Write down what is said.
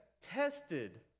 tested